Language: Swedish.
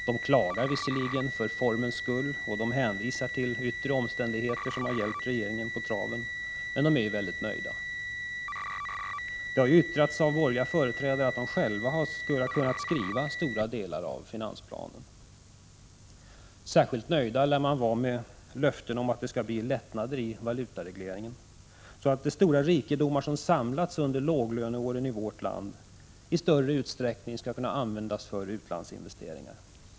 De klagar visserlitiken, m.m. gen, för formens skull, och de hänvisar till yttre omständigheter som har hjälpt regeringen på traven, men de är mycket nöjda. Det har yttrats av borgerliga företrädare själva att de skulle ha kunnat skriva stora delar av finansplanen. Särskilt nöjd lär man vara med löftena om att det skall bli lättnader i valutaregleringen, så att de stora rikedomar som samlats under låglöneåren i vårt land i större utsträckning skall kunna användas för utlandsinvesteringar.